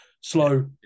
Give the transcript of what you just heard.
slow